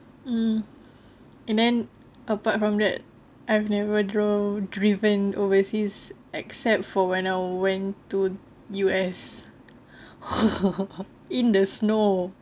um and then apart from that I've never driven overseas except for when I went to U_S in the snow